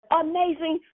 amazing